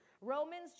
Romans